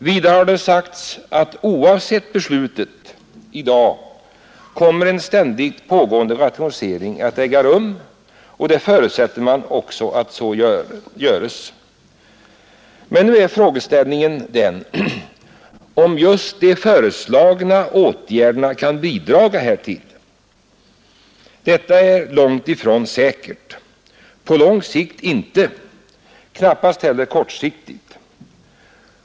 Vidare har det sagts att oavsett beslutet i dag kommer en ständigt pågående rationalisering att äga rum — man förutsätter att så sker. Men nu är frågeställningen om just de föreslagna åtgärderna kan bidra härtill. Detta är långtifrån säkert. På lång sikt kan de det inte, knappast heller kortsiktigt.